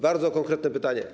Bardzo konkretne pytanie.